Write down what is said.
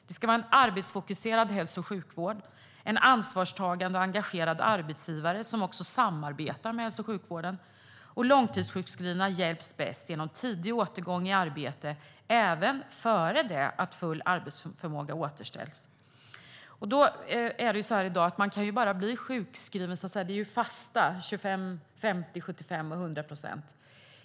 Det ska vara en arbetsfokuserad hälso och sjukvård och en ansvarstagande och engagerad arbetsgivare som också samarbetar med hälso och sjukvården. Långtidssjukskrivna hjälps bäst genom tidig återgång till arbete, även före det att full arbetsförmåga återställs. I dag är det så att man bara kan bli sjukskriven på fasta nivåer; det är 25, 50, 75 eller 100 procent.